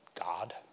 god